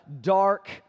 dark